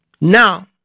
Now